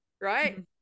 right